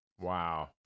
Wow